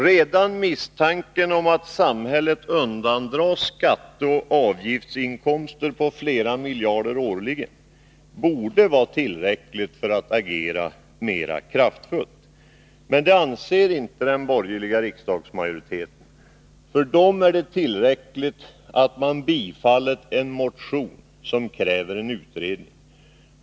Redan misstanken om att samhället undandras skatteoch avgiftsinkomster på flera miljarder årligen borde vara tillräcklig för att agera mera kraftfullt. Men det anser inte den borgerliga riksdagsmajoriteten. För dem är det tillräckligt att man har tillstyrkt en motion som kräver en utredning.